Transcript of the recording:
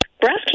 Breast